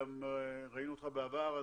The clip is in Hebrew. ראינו אותך גם בעבר.